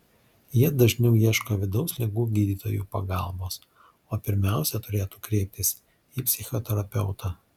jie dažniau ieško vidaus ligų gydytojų pagalbos o pirmiausia turėtų kreiptis į psichoterapeutą